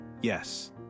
yes